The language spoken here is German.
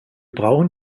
brauchen